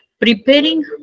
preparing